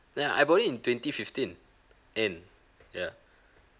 ya I bought it in twenty fifteen end ya